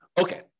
Okay